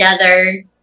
together